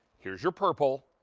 here's your purple.